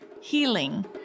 Healing